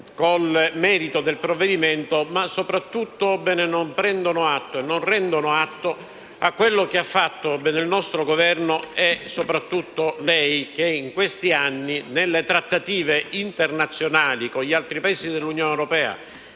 al merito del provvedimento, ma soprattutto non rendono atto di quello che ha fatto il nostro Governo e soprattutto lei che in questi anni nelle trattative internazionali con gli altri Paesi dell'Unione europea